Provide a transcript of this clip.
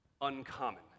uncommon